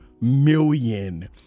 million